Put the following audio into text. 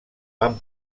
van